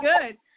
good